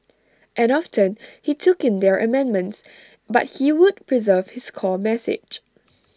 and often he took in their amendments but he would preserve his core message